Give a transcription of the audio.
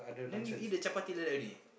then you eat the chapati like that only